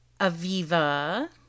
Aviva